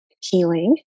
healing